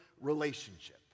relationship